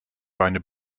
beine